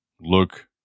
look